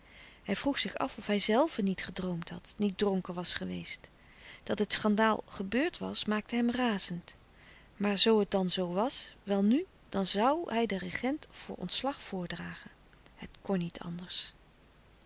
hij vroeg zich af of hijzelve niet gedroomd had niet dronken was geweest dat het schandaal ge beurd was maakte hem razend maar zoo het dan zoo was welnu dan zoû hij den regent voor ontslag voordragen het kon niet anders